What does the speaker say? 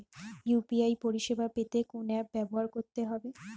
UPI পরিসেবা পেতে কোন অ্যাপ ব্যবহার করতে হবে?